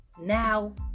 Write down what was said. now